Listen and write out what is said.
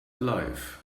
alive